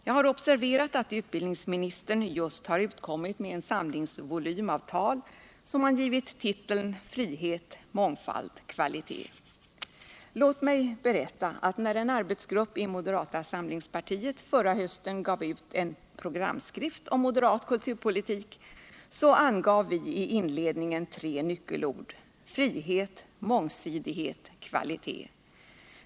Jag har observerat att utbildningsministern just har utkommit med en samlingsvolym av tal som han givit titeln ”Frihet, mångfald, kvalitet”. Låt mig berätta att när en arbetsgrupp i moderata samlingspartiet förra hösten gav ut en programskrift om moderat kulturpolitik, så angav vi i inledningen tre nyckelord: frihet, mångsidighet, kvalitet.